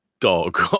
dog